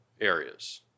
areas